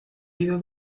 ido